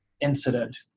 incident